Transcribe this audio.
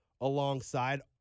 alongside